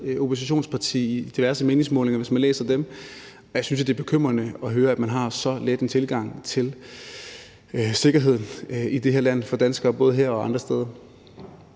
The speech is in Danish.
oppositionsparti i diverse meningsmålinger, hvis man læser dem, og jeg synes jo, det er bekymrende at høre, at man har så let en tilgang til sikkerheden i det her land for danskere både her og andre steder.